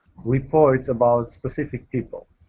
reports about specific people.